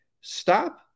stop